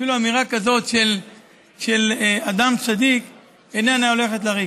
אפילו אמירה כזאת של אדם צדיק איננה הולכת לריק,